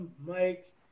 Mike